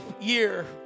year